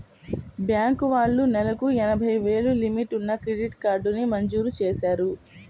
bank వాళ్ళు నెలకు ఎనభై వేలు లిమిట్ ఉన్న క్రెడిట్ కార్డుని మంజూరు చేశారు